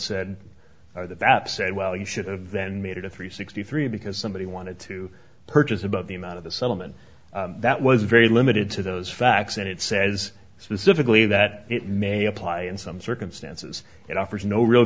that said well you should have then made it a three sixty three because somebody wanted to purchase about the amount of the settlement that was very limited to those facts and it says specifically that it may apply in some circumstances it offers no real